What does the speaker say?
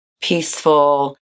peaceful